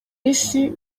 isi